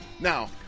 Now